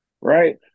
Right